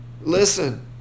listen